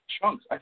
chunks